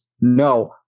No